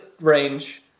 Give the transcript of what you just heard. range